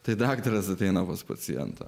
tai daktaras ateina pas pacientą